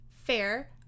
fair